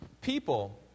people